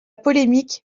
polémique